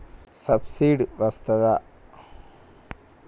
Subsidy వస్తదా?